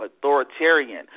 authoritarian